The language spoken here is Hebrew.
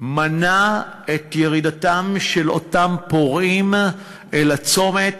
מנע את ירידתם של אותם פורעים אל הצומת,